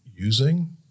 using